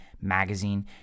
magazine